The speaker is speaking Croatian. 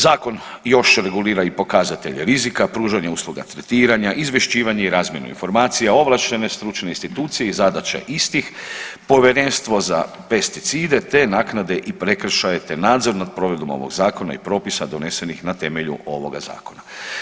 Zakon još regulira i pokazatelje rizika, pružanje usluga tretiranja, izvješćivanje i razmjenu informacija ovlaštene stručne institucije i zadaće istih, povjerenstvo za pesticide te naknade i prekršaje te nadzor nad provedbom ovog zakona i propisa donesenih na temelju ovoga zakona.